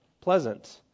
pleasant